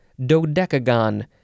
dodecagon